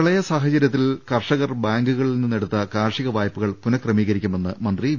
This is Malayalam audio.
പ്രളയ സാഹചര്യത്തിൽ കർഷകർ ബാങ്കുകളിൽ നിന്നെടുത്ത കാർഷിക വായ്പകൾ പുനക്രമീകരിക്കുമെന്ന് മന്ത്രി വി